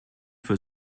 für